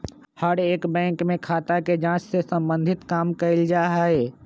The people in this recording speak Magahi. हर एक बैंक में खाता के जांच से सम्बन्धित काम कइल जा हई